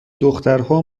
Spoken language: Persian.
دخترها